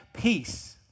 peace